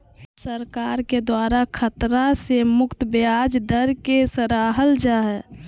सरकार के द्वारा खतरा से मुक्त ब्याज दर के सराहल जा हइ